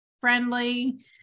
friendly